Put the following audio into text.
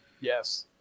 Yes